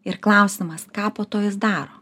ir klausimas ką po to jis daro